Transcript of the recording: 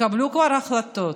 תקבלו כבר החלטות.